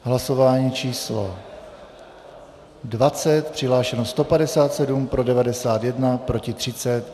V hlasování číslo 20 přihlášeno 157, pro 91, proti 30.